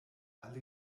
alle